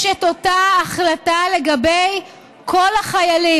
יש את אותה החלטה לגבי כל החיילים.